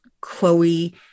Chloe